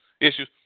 issues